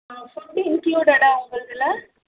ஆ food இன்க்ளூடடா உங்கள்தில்